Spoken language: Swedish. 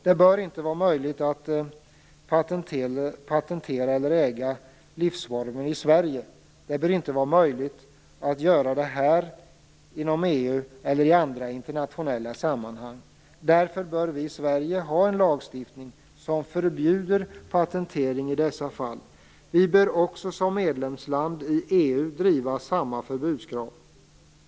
Det bör inte vara möjligt att patentera eller att äga livsformer i Sverige. Det bör inte vara möjligt att göra det här, inom EU eller i andra internationella sammanhang. Därför bör vi i Sverige ha en lagstiftning som förbjuder patentering i dessa fall. Vi bör också som medlemsland i EU driva samma förbudskrav.